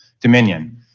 Dominion